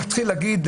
להתחיל להגיד,